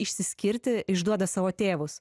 išsiskirti išduoda savo tėvus